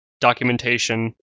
documentation